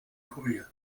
kurier